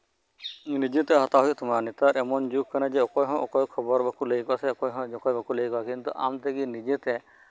ᱱᱤᱡᱮᱛᱮ ᱦᱟᱛᱟᱣ ᱦᱩᱭᱩᱜ ᱛᱟᱢᱟ ᱱᱮᱛᱟᱨ ᱮᱢᱚᱱ ᱡᱩᱜ ᱠᱟᱱᱟ ᱡᱮ ᱚᱠᱚᱭᱦᱚᱸ ᱚᱠᱚᱭ ᱠᱷᱚᱵᱚᱨ ᱵᱟᱠᱚ ᱞᱟᱹᱭ ᱟᱠᱚᱣᱟ ᱟᱢ ᱛᱮᱜᱮ ᱠᱤᱱᱛᱩ ᱱᱤᱡᱮᱛᱮ